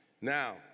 Now